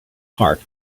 heart